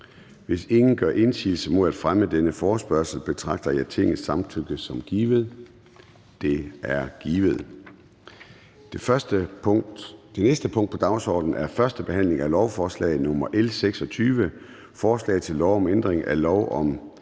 Hvis ingen gør indsigelse mod fremme af denne forespørgsel, betragter jeg Tingets samtykke som givet. Det er givet. --- Det næste punkt på dagsordenen er: 2) 1. behandling af lovforslag nr. L 26: Forslag til lov om ændring af lov om